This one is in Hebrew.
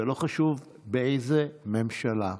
ולא חשוב באיזו ממשלה.